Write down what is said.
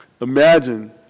Imagine